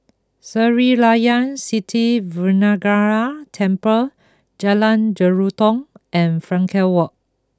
Sri Layan Sithi Vinayagar Temple Jalan Jelutong and Frankel Walk